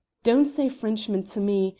don't say frenchman to me,